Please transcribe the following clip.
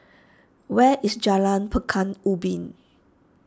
where is Jalan Pekan Ubin